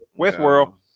Westworld